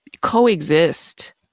coexist